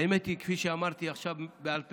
האמת היא, כפי שאמרתי עכשיו בעל פה: